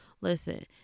listen